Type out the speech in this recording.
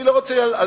אני לא בא בכלל,